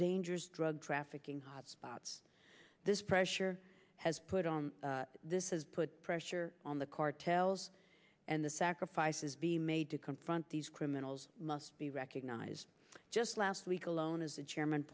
dangerous drug trafficking hotspots this pressure has put on this is put pressure on the cartels and the sacrifices be made to confront these criminals must be recognized just last week alone as the chairman